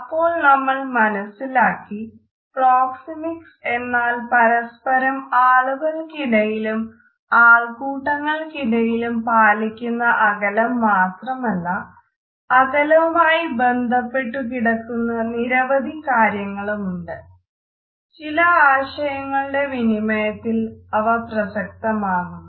അപ്പോൾ നമ്മൾ മനസ്സിലാക്കി പ്രോക്സെമിക്സ് എന്നാൽ പരസ്പരം ആളുകൾക്കിടയിലും ആൾക്കൂട്ടങ്ങൾക്കിടയിലും പാലിക്കുന്ന അകലം മാത്രമല്ല അകലവുമായി ബന്ധപ്പെട്ടുകിടക്കുന്ന നിരവധി കാര്യങ്ങളുമുണ്ട് ചില ആശയങ്ങളുടെ വിനിമയത്തിൽ അവ പ്രസക്തവുമാകുന്നു